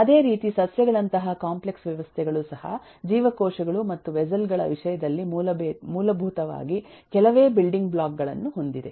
ಅದೇ ರೀತಿ ಸಸ್ಯಗಳಂತಹ ಕಾಂಪ್ಲೆಕ್ಸ್ ವ್ಯವಸ್ಥೆಗಳು ಸಹ ಜೀವಕೋಶಗಳು ಮತ್ತು ವೆಸ್ಸೆಲ್ ಗಳ ವಿಷಯದಲ್ಲಿ ಮೂಲಭೂತವಾಗಿ ಕೆಲವೇ ಬಿಲ್ಡಿಂಗ್ ಬ್ಲಾಕ್ ಗಳನ್ನು ಹೊಂದಿದೆ